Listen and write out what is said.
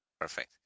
Perfect